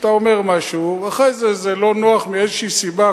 כשאתה אומר משהו ואחרי זה זה לא נוח מאיזושהי סיבה,